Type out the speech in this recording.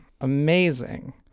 amazing